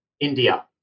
India